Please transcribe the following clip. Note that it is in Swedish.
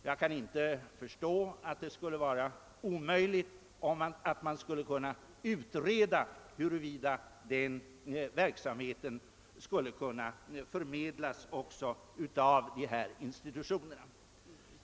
Jag kan inte förstå att det skulle vara omöjligt att utreda huruvida den ifrågavarande verksamheten kunnat handhas också av dessa institutioner.